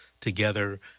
together